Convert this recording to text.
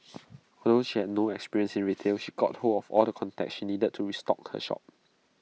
although she had no experience in retail she got hold of all the contacts she needed to stock her shop